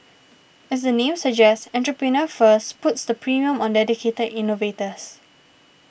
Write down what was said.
as the name suggests Entrepreneur First puts the premium on dedicated innovators